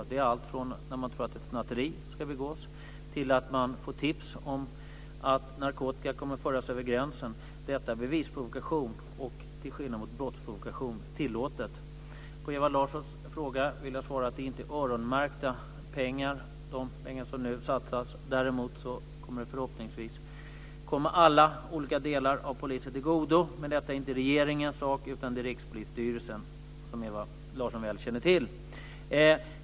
Det handlar om allt från när man tror att ett snatteri ska begås till att man får tips om att narkotika kommer att föras över gränsen. Detta är bevisprovokation och, till skillnad mot brottsprovokation, tillåtet. På Ewa Larssons fråga vill jag svara att de pengar som nu satsas inte är öronmärkta. Däremot kommer det förhoppningsvis att komma alla olika delar inom polisen till godo. Men detta är inte regeringens sak, utan det är Rikspolisstyrelsens sak, vilket Ewa Larsson väl känner till.